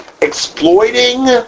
exploiting